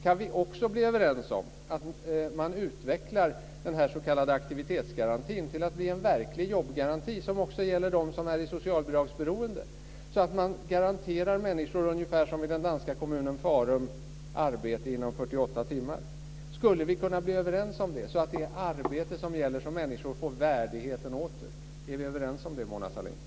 Kan vi också bli överens om att man utvecklar denna s.k. aktivitetsgarantin till att bli en verklig jobbgaranti som också gäller människor som är socialbidragsberoende, så att man garanterar människor, på ungefär samma sätt som i den danska kommunen Farum, arbete inom 48 timmar? Skulle vi kunna bli överens om det så att det är arbete som gäller så att människor får värdigheten åter? Är vi överens om det, Mona Sahlin?